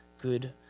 good